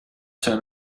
turn